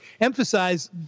emphasize